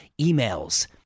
emails